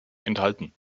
enthalten